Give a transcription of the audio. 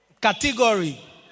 category